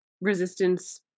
resistance